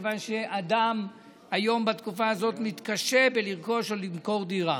מכיוון שאדם היום בתקופה הזאת מתקשה לרכוש או למכור דירה.